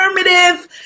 affirmative